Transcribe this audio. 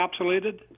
encapsulated